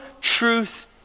truth